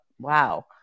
wow